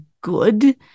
good